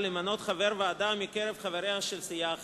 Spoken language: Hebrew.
למנות חבר ועדה מקרב חברי סיעה אחרת.